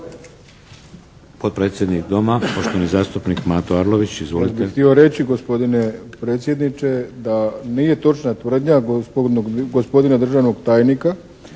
Potpredsjednik Doma poštovani zastupnik Mato Arlović. Izvolite.